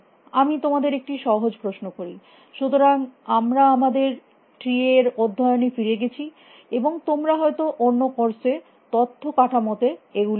আমি তোমাদের একটি সহজ প্রশ্ন করি সুতরাং আমরা আমাদের ট্রি এর অধ্যয়নে ফিরে গেছি এবং তোমরা হয়ত অন্য কোর্স এ তথ্য কাঠামোতে এগুলি করেছ